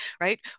right